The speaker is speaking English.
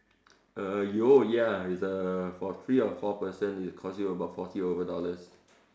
uh ya is uh for three or four person it cost you about forty over dollars